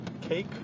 Cake